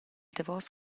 davos